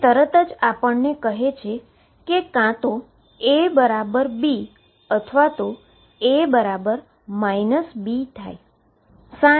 જે તરત જ આપણને કહે છે કે કાં તો A B અથવા A B થાય